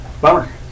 Bummer